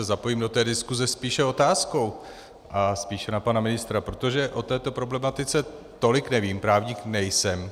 Zapojím se do diskuse spíše otázkou a spíše na pana ministra, protože o této problematice tolik nevím, právník nejsem.